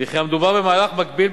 וכי המדובר במהלך מקביל,